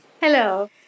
Hello